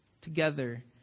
together